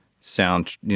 sound